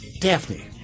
Daphne